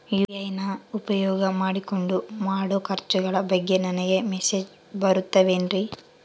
UPI ನ ಉಪಯೋಗ ಮಾಡಿಕೊಂಡು ಮಾಡೋ ಖರ್ಚುಗಳ ಬಗ್ಗೆ ನನಗೆ ಮೆಸೇಜ್ ಬರುತ್ತಾವೇನ್ರಿ?